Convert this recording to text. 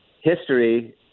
history